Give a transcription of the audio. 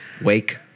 Wake